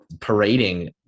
parading